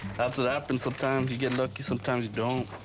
that's what happens sometimes you get lucky sometimes you don't.